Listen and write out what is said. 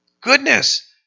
Goodness